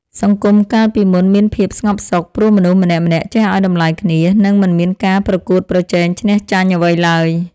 សង្គមកាលពីមុនមានភាពស្ងប់សុខ ព្រោះមនុស្សម្នាក់ៗចេះឱ្យតម្លៃគ្នា និងមិនមានការប្រកួតប្រជែងឈ្នះចាញ់អ្វីឡើយ។